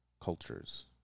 cultures